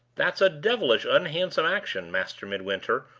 that's a devilish unhandsome action, master midwinter,